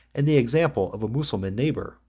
and the example of a mussulman neighbor,